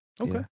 Okay